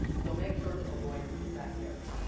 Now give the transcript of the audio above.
so make sure to avoid that error.